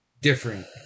different